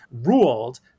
ruled